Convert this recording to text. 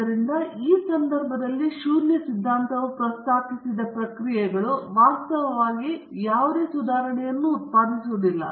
ಆದ್ದರಿಂದ ಈ ಸಂದರ್ಭದಲ್ಲಿ ಶೂನ್ಯ ಸಿದ್ಧಾಂತವು ಪ್ರಸ್ತಾಪಿಸಿದ ಪ್ರಕ್ರಿಯೆಗಳು ವಾಸ್ತವವಾಗಿ ಯಾವುದೇ ಸುಧಾರಣೆಯನ್ನು ಉತ್ಪಾದಿಸುವುದಿಲ್ಲ